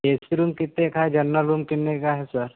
ए C room कितने का है जनरल रूम कितने का है सर